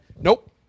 nope